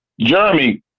Jeremy